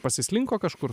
pasislinko kažkur